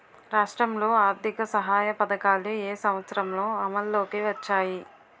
రాష్ట్రంలో ఆర్థిక సహాయ పథకాలు ఏ సంవత్సరంలో అమల్లోకి వచ్చాయి?